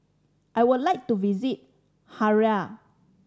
I would like to visit Harare